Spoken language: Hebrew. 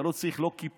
אתה לא צריך לא כיפה,